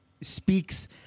speaks